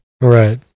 right